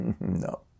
No